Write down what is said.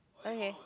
okay